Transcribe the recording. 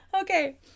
okay